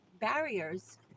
barriers